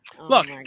Look